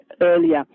earlier